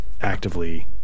actively